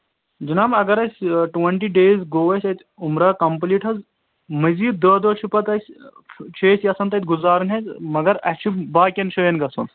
جِناب اگر أسۍ ٹُوَنٹی ڈیز گوٚو اَسہِ اَتہِ عُمرہ کَمپٕلیٖٹ حظ مٔزیٖد دہ دہ چھُ پتہٕ اَسہِ چھِ أسۍ یژھان تَتہِ گُزارٕنۍ حظ مگر اَسہِ چھُ باقیَن جایَن گژھُن